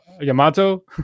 Yamato